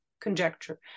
conjecture